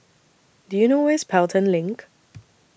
Do YOU know Where IS Pelton LINK